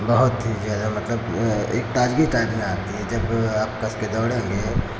बहुत ही ज़्यादा मतलब एक ताजगी टाइप में आती है जब आप बहुत कस के दौड़ेंगे